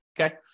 okay